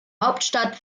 hauptstadt